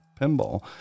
pinball